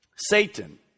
Satan